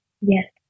Yes